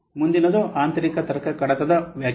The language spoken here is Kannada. ಮುಂದಿನದು ಆಂತರಿಕ ತರ್ಕ ಕಡತದ ವ್ಯಾಖ್ಯಾನ